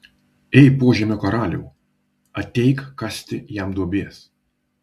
ei požemio karaliau ateik kasti jam duobės